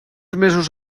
mesos